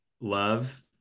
love